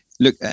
Look